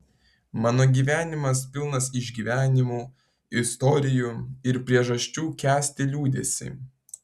mano gyvenimas pilnas išgyvenimų istorijų ir priežasčių kęsti liūdesį